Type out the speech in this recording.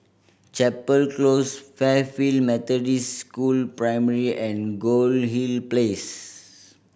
Chapel Close Fairfield Methodist School Primary and Goldhill Place